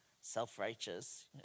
self-righteous